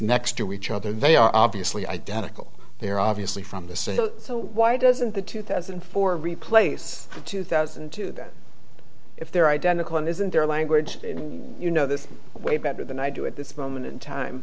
next to each other they are obviously identical they're obviously from the same so why doesn't the two thousand four replace two thousand and two that if they're identical and is in their language you know this way better than i do at this moment in time